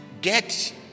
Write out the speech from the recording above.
Get